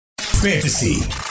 Fantasy